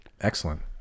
Excellent